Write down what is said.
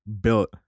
built